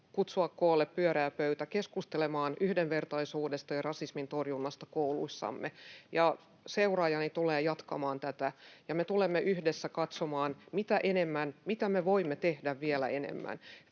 kutsua pyöreä pöytä koolle keskustelemaan yhdenvertaisuudesta ja rasismin torjunnasta kouluissamme, ja seuraajani tulee jatkamaan tätä. Me tulemme yhdessä katsomaan, mitä me voimme tehdä vielä enemmän